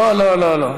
לא, לא, לא, לא.